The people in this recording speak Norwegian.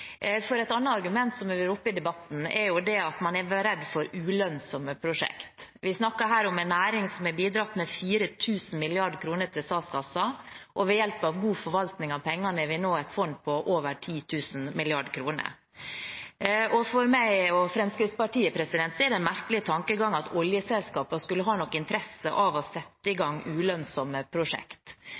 Et annet argument som har vært oppe i debatten, er at man er redd for ulønnsomme prosjekt. Vi snakker her om en næring som har bidratt med 4 000 mrd. kr til statskassen, og ved hjelp av god forvaltning av pengene har vi nå et fond på over 10 000 mrd. kr. For meg og Fremskrittspartiet er det en merkelig tankegang at oljeselskapene skulle ha noen interesse av å sette i gang ulønnsomme prosjekt.